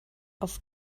auf